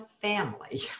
family